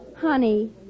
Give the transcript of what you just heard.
Honey